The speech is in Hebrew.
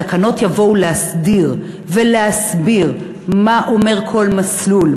התקנות יבואו להסדיר ולהסביר מה אומר כל מסלול,